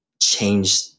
change